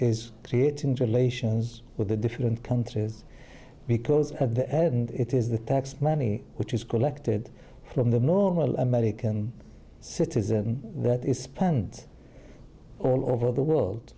sions with the different countries because at the end it is the tax money which is collected from the normal american citizen that is spent all over the world